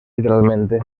literalmente